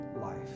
life